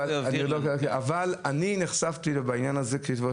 אבל אני נחשפתי לעניין הזה כי בסופו של